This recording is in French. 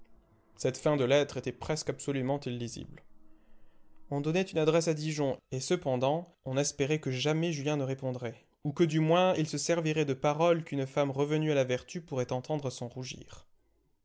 cette fin de lettre était presque absolument illisible on donnait une adresse à dijon et cependant on espérait que jamais julien ne répondrait ou que du moins il se servirait de paroles qu'une femme revenue à la vertu pourrait entendre sans rougir